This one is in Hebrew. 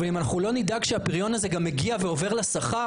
אבל אם אנחנו לא נדאג שהפריון הזה גם מגיע ועובר לשכר,